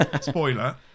spoiler